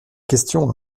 question